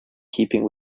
keeping